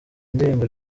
ndirimbo